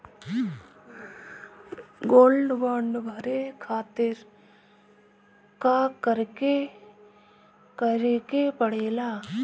Gold bond भरे खातिर का करेके पड़ेला?